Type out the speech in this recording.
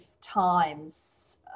times